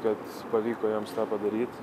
kad pavyko joms tą padaryt